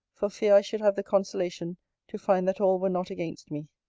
for fear i should have the consolation to find that all were not against me.